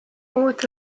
uut